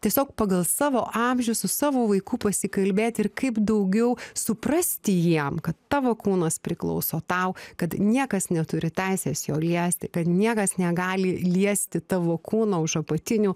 tiesiog pagal savo amžių su savo vaiku pasikalbėti ir kaip daugiau suprasti jiem kad tavo kūnas priklauso tau kad niekas neturi teisės jo liesti kad niekas negali liesti tavo kūną už apatinių